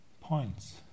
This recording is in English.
points